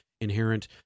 inherent